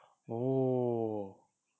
oh